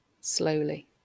slowly